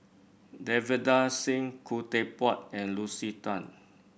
Davinder Singh Khoo Teck Puat and Lucy Tan